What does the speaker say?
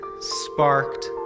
sparked